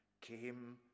came